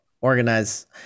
organize